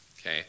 Okay